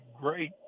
great